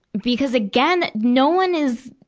because again, no one is,